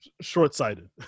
short-sighted